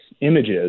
images